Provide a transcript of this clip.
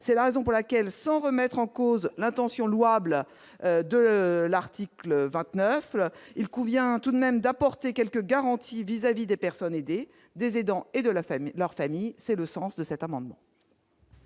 c'est la raison pour laquelle, sans remettre en cause l'intention louable de l'article 29 il convient tout de même d'apporter quelques garanties vis-à-vis des personnes et des des aidants, et de la famille, leur famille, c'est le sens de cet amendement.